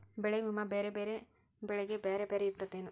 ಬೆಳೆ ವಿಮಾ ಬ್ಯಾರೆ ಬ್ಯಾರೆ ಬೆಳೆಗೆ ಬ್ಯಾರೆ ಬ್ಯಾರೆ ಇರ್ತೇತೆನು?